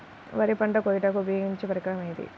వరి పంట కోయుటకు ఉపయోగించే పరికరం ఏది?